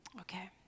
Okay